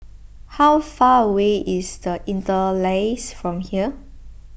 how far away is the Interlace from here